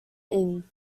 inn